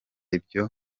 ibyo